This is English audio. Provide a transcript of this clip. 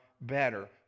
better